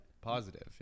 Positive